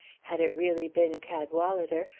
had it really been cadwalader,